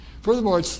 Furthermore